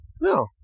No